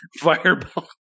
Fireball